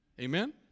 Amen